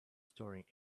storing